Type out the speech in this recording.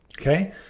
okay